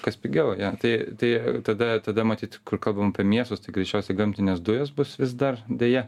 kas pigiau jo tai tai tada tada matyt kur kabam miestus tai greičiausia gamtinės dujos bus vis dar deja